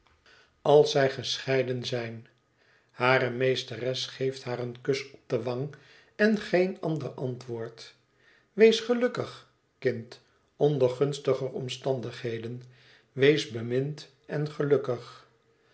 als zij gescheiden zijn hare meesteres geeft haar een kus op de wang en geen ander antwoord wees gelukkig kind onder gunstiger omstandigheden wees bemind en gelukkig